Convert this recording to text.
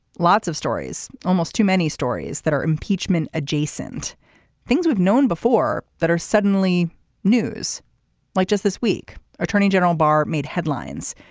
lots of stories almost too many stories that are impeachment adjacent things we've known before that are suddenly news like just this week attorney general barr made headlines.